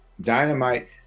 dynamite